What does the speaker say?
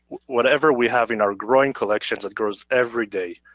whatever we have in our growing collections that grows every day.